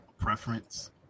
preference